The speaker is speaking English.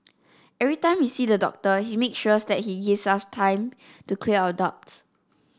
every time we see the doctor he make sure that he gives us time to clear our doubts